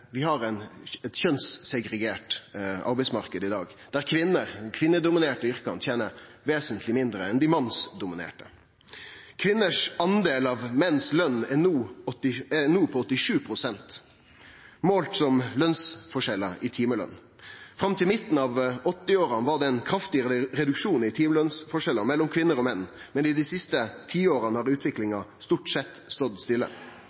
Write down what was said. vi har ein kjønnssegregert arbeidsmarknad i dag, der kvinner i dei kvinnedominerte yrkene tener vesentleg mindre enn i dei mannsdominerte. Løna til kvinner er no 87 pst. av løna til menn, målt som forskjellar i timeløn. Fram til midten av 1980-åra var det ein kraftig reduksjon i timelønsforskjellen mellom kvinner og menn, men dei siste tiåra har utviklinga stort sett stått stille.